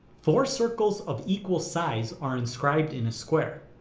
four circles of equal size are inscribed in a square.